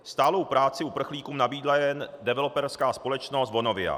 Stálou práci uprchlíkům nabídla jen developerská společnost Bonavia.